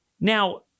Now